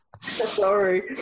Sorry